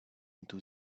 into